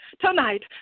tonight